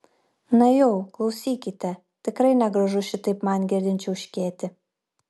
na jau klausykite tikrai negražu šitaip man girdint čiauškėti